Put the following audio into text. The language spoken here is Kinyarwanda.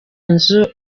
nzu